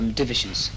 divisions